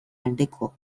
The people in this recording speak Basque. aldeko